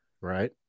right